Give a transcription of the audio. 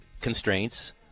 constraints